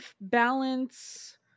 balance